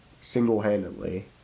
single-handedly